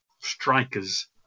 strikers